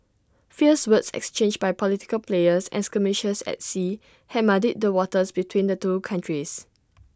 fierce words exchanged by political players and skirmishes at sea had muddied the waters between the two countries